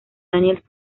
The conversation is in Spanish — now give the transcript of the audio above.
daniels